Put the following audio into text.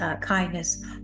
kindness